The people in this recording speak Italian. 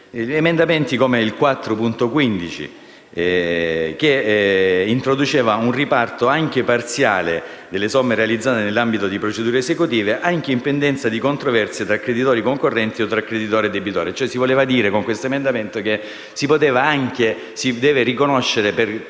a emendamenti come il 4.15, che introduceva un riparto, anche parziale, delle somme realizzate nell'ambito di procedure esecutive, anche in pendenza di controversie tra creditori concorrenti o tra creditori e debitori;